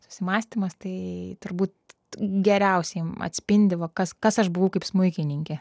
susimąstymas tai turbūt geriausiai atspindi va kas kas aš buvau kaip smuikininkė